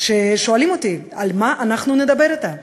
ששואלים אותי: על מה אנחנו נדבר אתה,